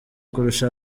kurusha